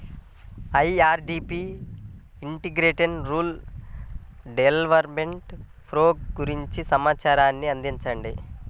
IRDP integrated rural development programme గురించి సమాచారాన్ని అందించండి?